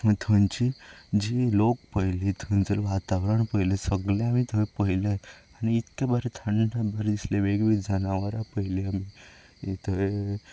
आनी थंयची जी लोक पळयली थंयचे वातावरण पळयलें सगळें आमी थंय पळयलें आनी इतकें बरें थंड थंड बरें दिसलें वेगवेगळी जनावरां पळयली आनी थंय